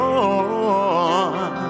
on